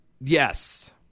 Yes